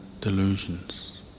delusions